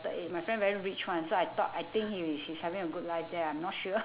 ~ted it my friend very rich [one] so I thought I think he's he's having a good life there I'm not sure